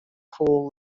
coal